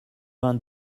vingt